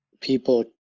people